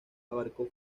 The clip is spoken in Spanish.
abarcó